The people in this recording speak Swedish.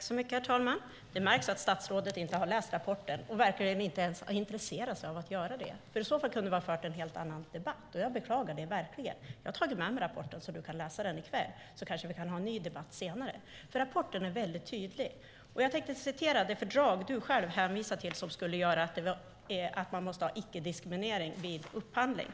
Herr talman! Det märks att statsrådet inte har läst rapporten. Han verkar inte ens intressera sig för att göra det. I så fall kunde vi ha fört en helt annan debatt. Jag beklagar det verkligen. Jag har tagit med mig rapporten, så kan du få den och läsa i kväll, så kanske vi kan ha en ny debatt senare. Rapporten är väldigt tydlig. Jag vill citera det fördrag som du hänvisade till som skulle göra att man måste tillämpa icke-diskriminering vid upphandling.